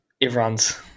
everyone's